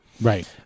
Right